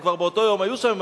הם כבר באותו יום היו שם,